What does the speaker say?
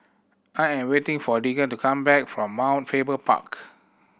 I am waiting for Deegan to come back from Mount Faber Park